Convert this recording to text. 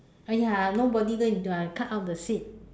oh ya nobody go and cut out the seed